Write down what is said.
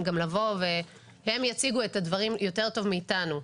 גם לבוא והם יציגו את הדברים יותר טוב מאתנו.